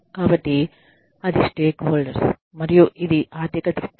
కాబట్టి అది stakeholders మరియు ఇది ఆర్థిక దృక్పథం